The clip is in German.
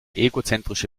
egozentrische